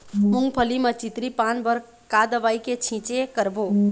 मूंगफली म चितरी पान बर का दवई के छींचे करबो?